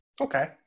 Okay